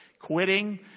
Quitting